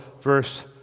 verse